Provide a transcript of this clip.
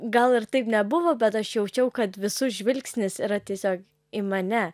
gal ir taip nebuvo bet aš jaučiau kad visų žvilgsnis yra tiesiog į mane